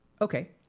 Okay